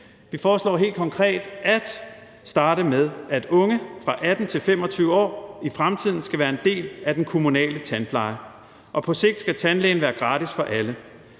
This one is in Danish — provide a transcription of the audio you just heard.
Vi foreslår helt konkret at starte med, at unge fra 18 til 25 år i fremtiden skal være en del af den kommunale tandpleje. Og på sigt skal tandlægen være gratis for alle.